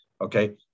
Okay